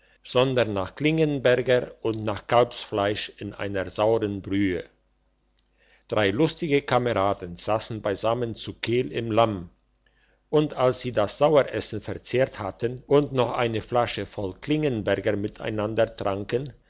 sondern nach klingenberger und nach kalbfleisch in einer sauren brühe drei lustige kameraden sassen beisammen zu kehl im lamm und als sie das saueressen verzehrt hatten und noch eine flasche voll klingenberger miteinander tranken